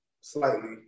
slightly